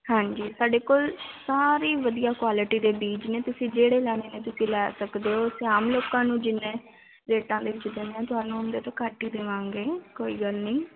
ਹਾਂਜੀ ਸਾਡੇ ਕੋਲ ਸਾਰੇ ਹੀ ਵਧੀਆ ਕੁਆਲਿਟੀ ਦੇ ਬੀਜ ਨੇ ਤੁਸੀਂ ਜਿਹੜੇ ਲੈਣੇ ਨੇ ਤੁਸੀਂ ਲੈ ਸਕਦੇ ਹੋ ਅਸੀਂ ਆਮ ਲੋਕਾਂ ਨੂੰ ਜਿੰਨੇ ਰੇਟਾਂ ਦੇ ਵਿੱਚ ਦੇਣੇ ਆ ਤੁਹਾਨੂੰ ਉਹਦੇ ਤੋਂ ਘੱਟ ਹੀ ਦੇਵਾਂਗੇ ਕੋਈ ਗੱਲ ਨਹੀਂ